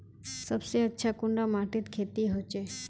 सबसे अच्छा कुंडा माटित खेती होचे?